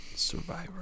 Survivor